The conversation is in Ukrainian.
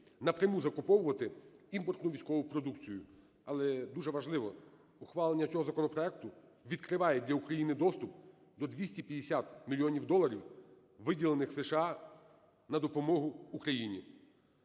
напряму закуповувати імпортну військову продукцію. Але дуже важливо – ухвалення цього законопроекту відкриває для України доступ до 250 мільйонів доларів, виділених США на допомогу Україні.